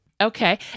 Okay